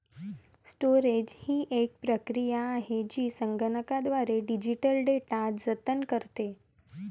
storage ही एक प्रक्रिया आहे जी संगणकीयद्वारे डिजिटल डेटा जतन करते